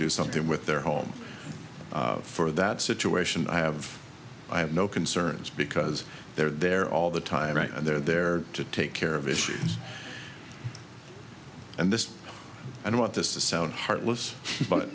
do something with their home for that situation i have i have no concerns because they're there all the time right and they're there to take care of issues and this and want this to sound heartless but